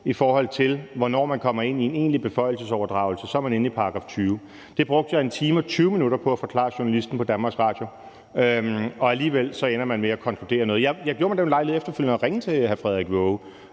i forhold til hvornår man kommer ind i en egentlig beføjelsesoverdragelse, for så er man inde i § 20. Det brugte jeg 1 time og 20 minutter på at forklare journalisten på DR, og alligevel ender man med at konkludere noget andet. Jeg gjorde mig den ulejlighed efterfølgende at ringe til Frederik Waage